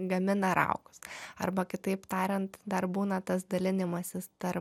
gamina raugus arba kitaip tariant dar būna tas dalinimasis tarp